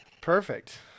Perfect